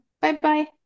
Bye-bye